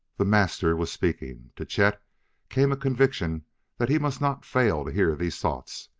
the master was speaking. to chet came a conviction that he must not fail to hear these thoughts.